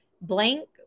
blank